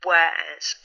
Wears